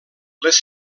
les